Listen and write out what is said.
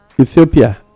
ethiopia